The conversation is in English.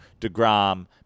DeGrom